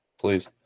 please